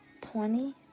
Twenty